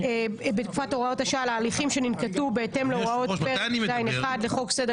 בתקופת הוראת השעה על ההליכים שננקטו בהתאם להוראות פרק- -- לחוק סדר